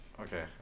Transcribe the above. Okay